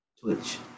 Twitch